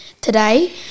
Today